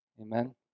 Amen